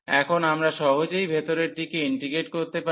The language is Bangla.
এখন আমরা সহজেই ভেতরেরটিকে ইন্টিগ্রেট করতে পারি